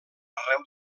arreu